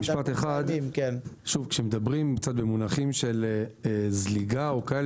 כשמדברים במונחים של זליגה או כאלה,